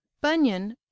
bunyan